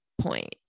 point